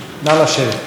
נא לשבת.